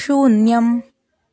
शून्यम्